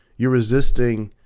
you're resisting,